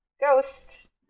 Ghost